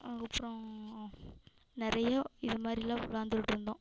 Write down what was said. அதுக்கப்றம் நிறைய இது மாதிரிலாம் விளாண்டுக்கிட்ருந்தோம்